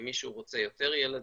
אם מישהו רוצה יותר ילדים,